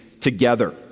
together